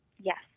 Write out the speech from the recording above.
Yes